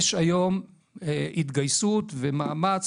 יש היום התגייסות ומאמץ,